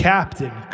Captain